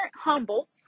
humble